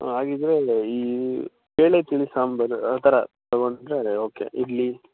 ಹಾಂ ಹಾಗಿದ್ರೆ ಈ ಬೇಳೆ ತಿಳಿ ಸಾಂಬಾರು ಆ ಥರ ತಗೊಂಡರೆ ಓಕೆ ಇಡ್ಲಿ